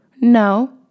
no